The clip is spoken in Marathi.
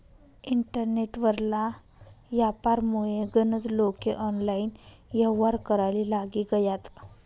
इंटरनेट वरला यापारमुये गनज लोके ऑनलाईन येव्हार कराले लागी गयात